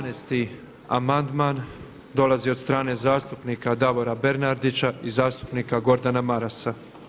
18. amandman dolazi od strane zastupnika Davora Bernardića i zastupnika Gordana Marasa.